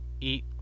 eat